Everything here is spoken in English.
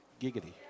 Giggity